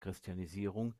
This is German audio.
christianisierung